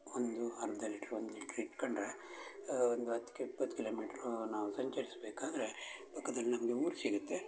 ಒಂದು ಅರ್ಧ ಲೀಟ್ರು ಒಂದು ಲೀಟ್ರ್ ಇಟ್ಕೊಂಡ್ರೆ ಒಂದು ಹತ್ತು ಕ್ ಇಪ್ಪತ್ತು ಕಿಲೋಮಿಟ್ರು ನಾವು ಸಂಚರಿಸ್ಬೇಕಾದ್ರೆ ಪಕ್ದಲ್ಲಿ ನಮಗೆ ಊರು ಸಿಗುತ್ತೆ